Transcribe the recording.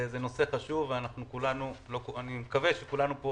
זה נושא חשוב ואני מקווה שכולנו פה